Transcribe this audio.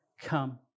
Come